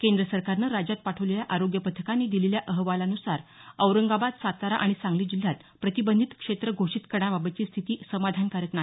केंद्र सरकारनं राज्यात पाठवलेल्या आरोग्य पथकांनी दिलेल्या अहवालान्सार औरंगाबाद सातारा आणि सांगली जिल्ह्यात प्रतिबंधित क्षेत्र घोषित करण्याबाबतची स्थिती समाधानकारक नाही